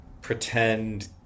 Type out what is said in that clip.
pretend